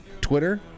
Twitter